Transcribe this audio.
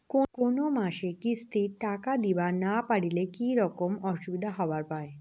কোনো মাসে কিস্তির টাকা দিবার না পারিলে কি রকম অসুবিধা হবার পায়?